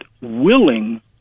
willing